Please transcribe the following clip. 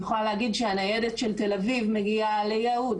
אני יכולה להגיד שהניידת של תל אביב מגיעה ליהוד,